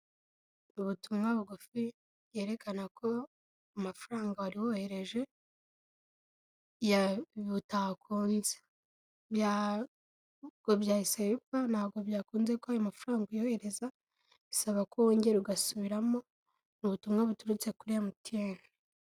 Ubutumwa bugufi bwerekana ko amafaranga wari wohereje butakunze, ngo byahise bipfa ntabwo byakunze ko ayo mafaranga uyohereza; bisaba ko wongera ugasubiramo, ubutumwa buturutse kuri emutiyeni.